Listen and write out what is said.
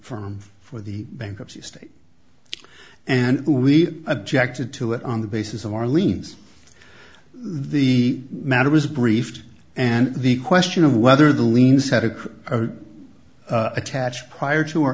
firm for the bankruptcy state and we objected to it on the basis of orleans the matter was briefed and the question of whether the lien said it or attach prior to